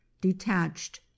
detached